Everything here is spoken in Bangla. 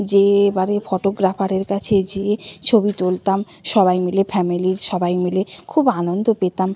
যেয়ে এবারে ফোটোগ্রাফারের কাছে যেয়ে ছবি তুলতাম সবাই মিলে ফ্যামিলির সবাই মিলে খুব আনন্দ পেতাম